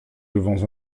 devons